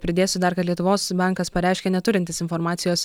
pridėsiu dar kad lietuvos bankas pareiškė neturintis informacijos